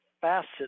facet